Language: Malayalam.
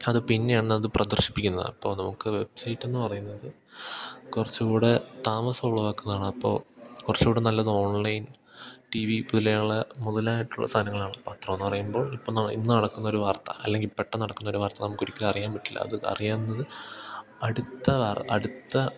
അ പിന്നെയാണത് പ്രദർശിപ്പിക്കുന്നത് അപ്പോൾ നമുക്ക് വെബ്സൈറ്റെന്നു പറയുന്നത് കുറച്ചു കൂടി താമസം ഉളവാക്കുന്നതാണ് അപ്പോൾ കുറച്ചു കൂടി നല്ലത് ഓൺലൈൻ ടി വി പോലെയുള്ള മുതലായിട്ടുള്ള സാധനങ്ങളാണ് പത്രമെന്നു പറയുമ്പോൾ ഇപ്പം ന ഇന്ന് നടക്കുന്നൊരു വാർത്ത അല്ലെങ്കിൽ പെട്ടെന്നു നടക്കുന്നൊരു വാർത്ത നമുക്കൊരിക്കലും അറിയാൻ പറ്റില്ല അത് അറിയാവുന്നത് അടുത്ത വാർ അടുത്ത